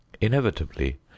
inevitably